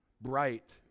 bright